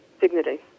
dignity